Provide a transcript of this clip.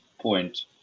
point